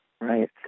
Right